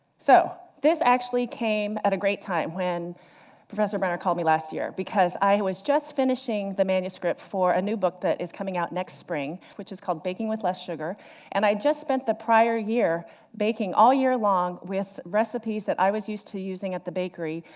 so this actually came at a great time when professor brenner called me last year, because i was just finishing the manuscript for a new book that is coming out next spring which is called baking with less sugar and i just spent the prior year baking all year long with recipes that i was used to using at the bakery,